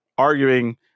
Arguing